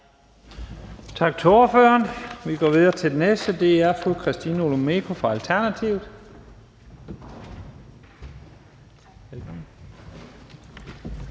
Tak til ordføreren. Vi går videre til den næste. Det er fru Christina Olumeko fra Alternativet.